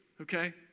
okay